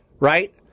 Right